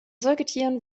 säugetieren